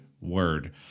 word